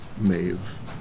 Maeve